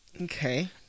Okay